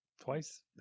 Twice